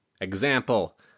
Example